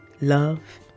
love